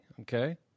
okay